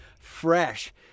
fresh